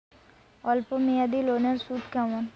অল্প মেয়াদি লোনের সুদ কেমন?